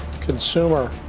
Consumer